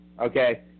okay